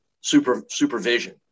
supervision